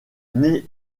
née